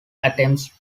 attempts